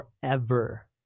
forever